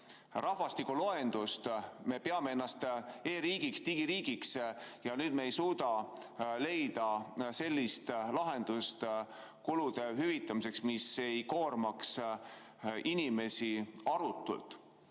rahvastikuloendust, me peame ennast e-riigiks, digiriigiks, aga nüüd me ei suuda leida sellist lahendust kulude hüvitamiseks, mis ei koormaks inimesi arutult. Aga